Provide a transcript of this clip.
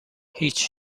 هیچ